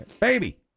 baby